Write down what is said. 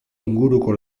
inguruko